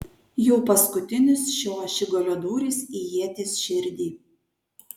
jau paskutinis šio ašigalio dūris į ieties širdį